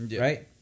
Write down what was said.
right